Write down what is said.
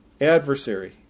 adversary